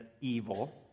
evil